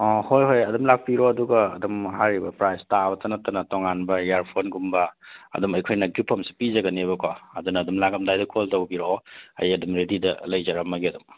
ꯑ ꯍꯣꯏ ꯍꯣꯏ ꯑꯗꯨꯝ ꯂꯥꯛꯄꯤꯔꯣ ꯑꯗꯨꯒ ꯑꯗꯨꯝ ꯍꯥꯏꯔꯤꯕ ꯄ꯭ꯔꯥꯏꯖ ꯇꯥꯕꯇ ꯅꯠꯇꯅ ꯇꯣꯉꯥꯟꯕ ꯏꯌꯔꯐꯣꯟꯒꯨꯝꯕ ꯑꯗꯨꯝ ꯑꯩꯈꯣꯏꯅ ꯒꯤꯐ ꯑꯃꯁꯨ ꯄꯤꯖꯒꯅꯦꯕꯀꯣ ꯑꯗꯨꯅ ꯑꯗꯨꯝ ꯂꯥꯛꯑꯝꯗꯥꯏꯗ ꯀꯣꯜ ꯇꯧꯕꯤꯔꯛꯑꯣ ꯑꯩ ꯑꯗꯨꯝ ꯔꯦꯗꯤꯗ ꯂꯩꯖꯔꯝꯃꯒꯦ ꯑꯗꯨꯝ